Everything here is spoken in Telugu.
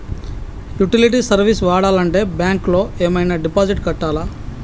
యుటిలిటీ సర్వీస్ వాడాలంటే బ్యాంక్ లో ఏమైనా డిపాజిట్ కట్టాలా?